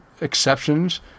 exceptions